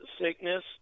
sickness